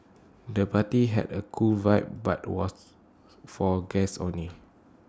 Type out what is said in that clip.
the party had A cool vibe but the was for guests only